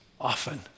often